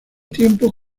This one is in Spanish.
tiempo